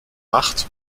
macht